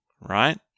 right